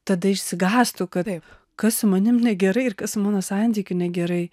tada išsigąstu kad taip kas su manim negerai ir kas mano santykiu negerai